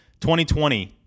2020